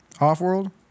off-world